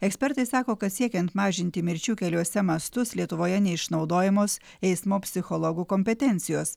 ekspertai sako kad siekiant mažinti mirčių keliuose mastus lietuvoje neišnaudojamos eismo psichologų kompetencijos